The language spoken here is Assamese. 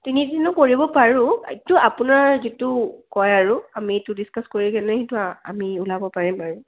তিনিদিনো কৰিব পাৰোঁ এইটো আপোনাৰ যিটো কয় আৰু আমি এইটো ডিছকাছ কৰি কেনে সেইটো আমি ওলাব পাৰিম আৰু